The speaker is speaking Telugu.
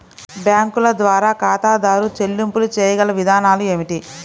బ్యాంకుల ద్వారా ఖాతాదారు చెల్లింపులు చేయగల విధానాలు ఏమిటి?